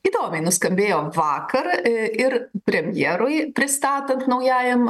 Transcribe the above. įdomiai nuskambėjo vakar ir premjerui pristatant naujajam